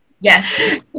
Yes